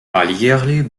alljährlich